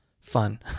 fun